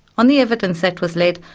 on the evidence that was led,